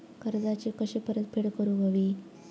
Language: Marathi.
कर्जाची कशी परतफेड करूक हवी?